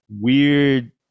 weird